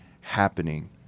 happening